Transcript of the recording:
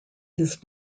his